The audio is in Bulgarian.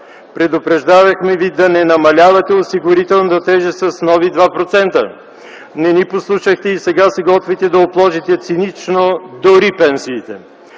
предупреждавахме ви да не намалявате осигурителната тежест с нови 2%. Не ни послушахте и сега се готвите да обложите цинично дори пенсиите!